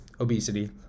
Obesity